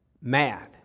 Mad